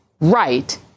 right